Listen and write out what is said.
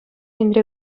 енре